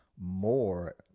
more